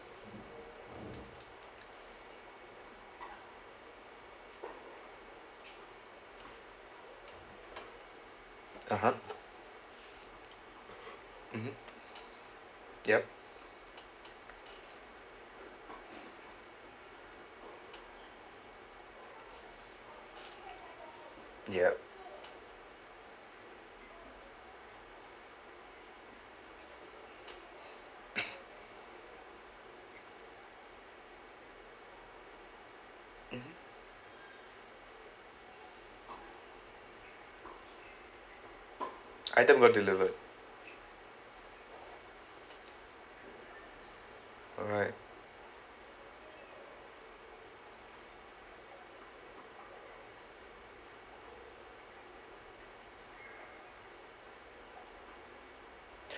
(uh huh) mmhmm yup yup mmhmm item got delivered alright